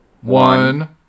One